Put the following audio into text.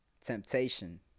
temptation